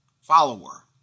follower